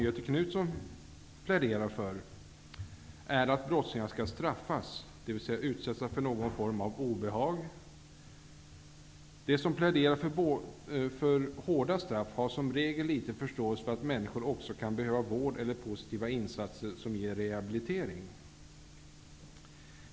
Göthe Knutson pläderar för, är att brottslingar skall straffas, dvs. utsättas för någon form av obehag. De som pläderar för hårda straff har som regel liten förståelse för att människor också kan behöva vård eller positiva insatser som ger rehabilitering.